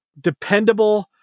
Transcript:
dependable